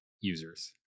users